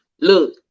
look